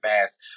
fast